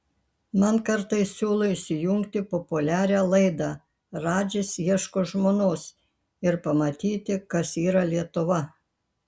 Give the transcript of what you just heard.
man kartais siūlo įsijungti populiarią laidą radžis ieško žmonos ir pamatyti kas yra lietuva